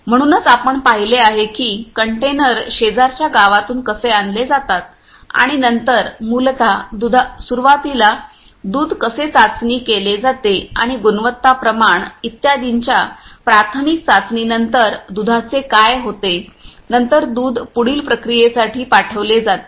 म्हणूनच आपण पाहिले आहे की हे कंटेनर शेजारच्या गावातून कसे आणले जातात आणि नंतर मूलत सुरुवातीला दुध कसे चाचणी केले जाते आणि गुणवत्ता प्रमाण इत्यादींच्या प्राथमिक चाचणीनंतर दुधाचे काय होते नंतर दूध पुढील प्रक्रियेसाठी पाठविले जाते